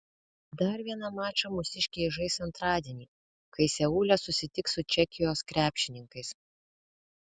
dar vieną mačą mūsiškiai žais antradienį kai seule susitiks su čekijos krepšininkais